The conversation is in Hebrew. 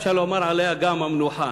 אפשר לומר עליה גם המנוחה,